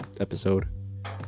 Episode